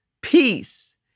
peace